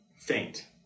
faint